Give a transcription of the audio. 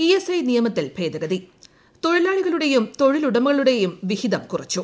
E S I നിയമത്തിൽ ഭേദഗതി തൊഴിലാളികളുടേയും തൊഴിൽ ഉടമയുടേയും വിഹിതം കുറച്ചു